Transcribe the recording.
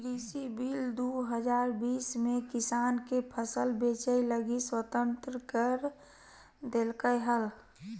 कृषि बिल दू हजार बीस में किसान के फसल बेचय लगी स्वतंत्र कर देल्कैय हल